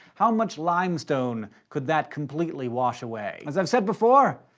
how much limestone could that completely wash away? as i've said before,